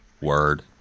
Word